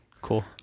Cool